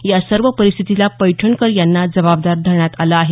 या सर्व परिस्थितीला पैठणकर यांना जबाबदार धरण्यात आलं आहे